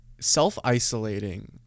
self-isolating